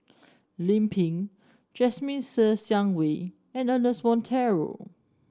Lim Pin Jasmine Ser Xiang Wei and Ernest Monteiro